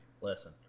Listen